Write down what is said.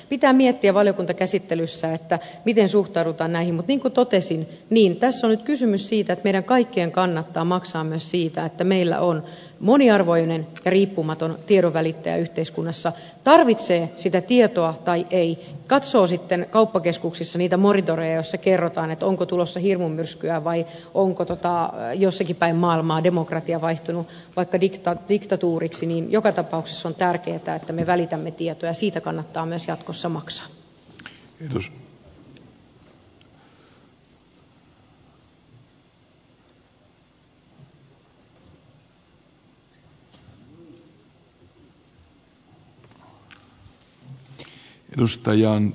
pitää miettiä valiokuntakäsittelyssä miten suhtaudutaan näihin mutta niin kuin totesin tässä on nyt kysymys siitä että meidän kaikkien kannattaa maksaa myös siitä että meillä on moniarvoinen ja riippumaton tiedonvälittäjä yhteiskunnassa tarvitsee sitä tietoa tai ei katsoo sitten kauppakeskuksissa niitä monitoreja joissa kerrotaan onko tulossa hirmumyrskyä vai onko jossakin päin maailmaa demokratia vaihtunut vaikka diktatuuriksi niin joka tapauksessa on tärkeätä että me välitämme tietoa ja siitä kannattaa myös jatkossa maksaa